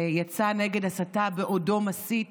שיצא נגד הסתה בעודו מסית